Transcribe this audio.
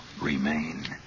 remain